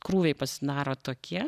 krūviai pasidaro tokie